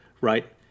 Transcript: right